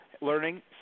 learning